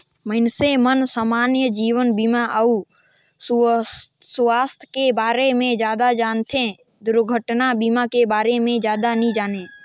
मइनसे मन समान्य जीवन बीमा अउ सुवास्थ के बारे मे जादा जानथें, दुरघटना बीमा के बारे मे जादा नी जानें